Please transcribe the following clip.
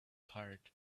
tired